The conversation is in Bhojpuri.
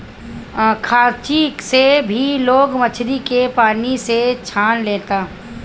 खांची से भी लोग मछरी के पानी में से छान लेला